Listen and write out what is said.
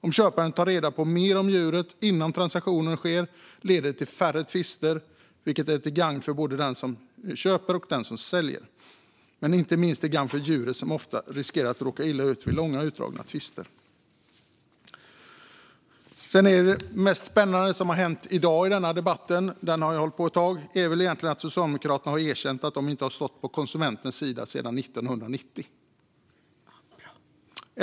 Om köparen tar reda på mer om djuret innan transaktionen sker leder det till färre tvister, vilket är till gagn för både den som köper och den som säljer. Inte minst är det till gagn för djuret, som ofta riskerar att råka illa ut vid långa och utdragna tvister. Det mest spännande som hänt i dag i denna debatt - den har ju hållit på ett tag - är väl egentligen att Socialdemokraterna har erkänt att de inte har stått på konsumentens sida sedan 1990.